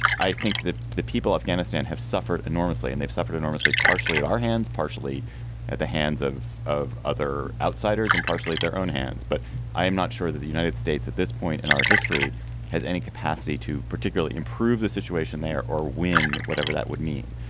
i think that the people of afghanistan have suffered enormously and they've suffered enormously partially at our hands partially at the hands of of other outsiders and partially at their own hands but i am not sure that the united states at this point in our history has any capacity to particularly improve the situation there or win whatever that would mean.